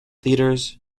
theatres